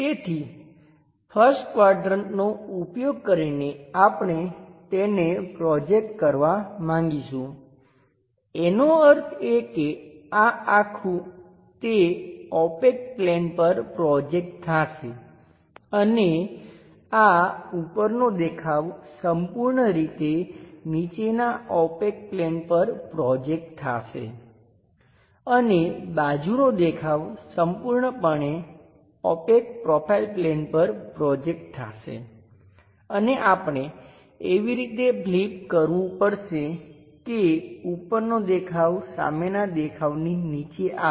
તેથી 1st ક્વાડ્રંટનો ઉપયોગ કરીને આપણે તેને પ્રોજેક્ટ કરવા માગીશું એનો અર્થ એ કે આ આખું તે ઓપેક પ્લેન પર પ્રોજેકટ થાશે અને આ ઉપરનો દેખાવ સંપૂર્ણ રીતે નીચેનાં ઓપેક પ્લેન પર પ્રોજેકટ થાશે અને બાજુનો દેખાવ સંપૂર્ણપણે ઓપેક પ્રોફાઇલ પ્લેન પર પ્રોજેકટ થાશે અને આપણે એવી રીતે ફ્લિપ કરવું પડશે કે ઉપરનો દેખાવ સામેનાં દેખાવની નીચે આવે